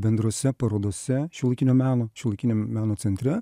bendrose parodose šiuolaikinio meno šiuolaikinio meno centre